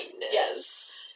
Yes